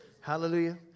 Hallelujah